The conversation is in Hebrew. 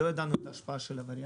לא ידענו את ההשפעה של הווריאנט.